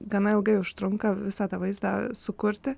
gana ilgai užtrunka visą tą vaizdą sukurti